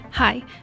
Hi